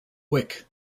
wick